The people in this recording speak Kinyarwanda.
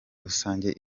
rusange